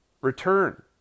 return